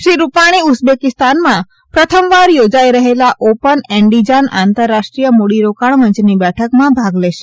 શ્રી રૂપાણી ઉઝબેકીસ્તાનમાં પ્રથમવાર યોજાઇ રહેલા ઓપન એન્ડીજાન આંતરરાષ્ટ્રીય મૂડીરોકાણ મંચની બેઠકમાં ભાગ લેશે